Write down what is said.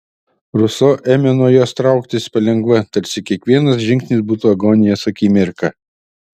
ruso ėmė nuo jos trauktis palengva tarsi kiekvienas žingsnis būtų agonijos akimirka